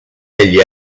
egli